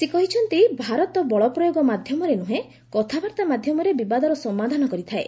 ସେ କହିଛନ୍ତି ଭାରତ ବଳପ୍ରୟୋଗ ମାଧ୍ୟମରେ ନୁହେଁ କଥାବାର୍ତ୍ତା ମାଧ୍ୟମରେ ବିବାଦର ସମାଧାନ କରିଥାଏ